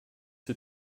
sie